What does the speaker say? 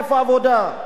איפה העבודה?